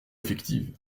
effective